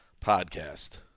podcast